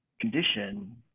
condition